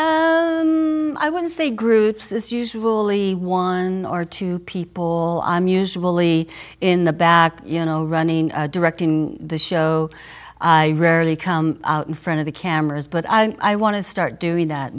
to say groups is usually one or two people i'm usually in the back you know running directing the show i rarely come out in front of the cameras but i want to start doing that